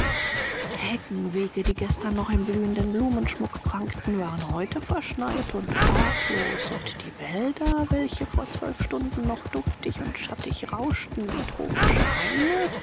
kornfeldern heckenwege die gestern noch im glühenden blumenschmuck prangten waren heute verschneit und pfadlos und die wälder welche vor zwölf stunden noch duftig und schattig rauschten wie tropische haine